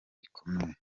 gikomeye